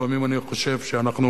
לפעמים אני חושב שאנחנו